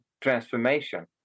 transformation